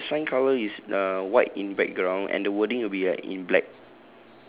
no the sign colour is uh white in background and the wording will be like in black